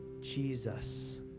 Jesus